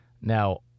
Now